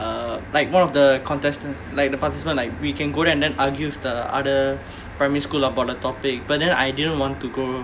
uh like one of the contestant like the participant like we can go there and then argue with the other primary school about the topic but then I didn't want to go